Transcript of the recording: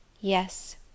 Yes